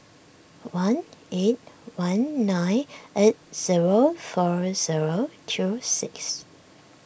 one eight one nine eight zero four zero two six